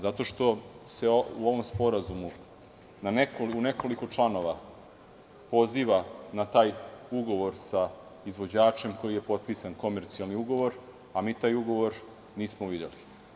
Zato što se u ovom sporazumu u nekoliko članova poziva na taj ugovor sa izvođačem, koji je potpisan komercijalni ugovor a mi taj ugovor nismo videli.